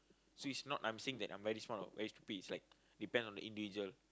so is not I'm saying that I'm very smart or very stupid is like depend on the individual